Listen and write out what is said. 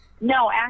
No